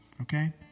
okay